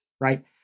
Right